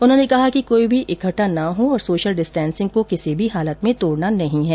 उन्होंने कहा कि कोई भी इकट्ठा न हो और सोशल डिस्टेसिंग को किसी भी हालत में तोडना नहीं है